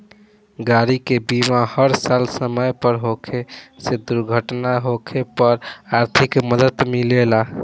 गाड़ी के बीमा हर साल समय पर होखे से दुर्घटना होखे पर आर्थिक मदद मिलेला